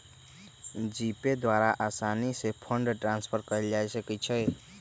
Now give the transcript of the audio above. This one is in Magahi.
जीपे द्वारा असानी से फंड ट्रांसफर कयल जा सकइ छइ